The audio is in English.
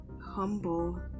humble